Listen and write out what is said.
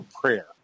prayer